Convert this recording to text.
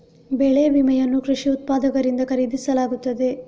ಬೆಳೆ ವಿಮೆಯನ್ನು ಕೃಷಿ ಉತ್ಪಾದಕರಿಂದ ಖರೀದಿಸಲಾಗುತ್ತದೆ